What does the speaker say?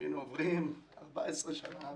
והינה עוברות 14 שנה,